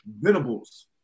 Venables